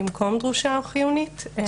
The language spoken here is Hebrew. במקום דרושה או חיונית.